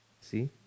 See